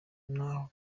naho